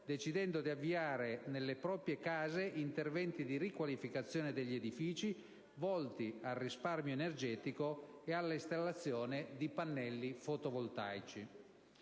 decidendo di avviare nelle proprie case interventi di riqualificazione degli edifici volti al risparmio energetico e all'installazione di pannelli fotovoltaici.